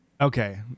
Okay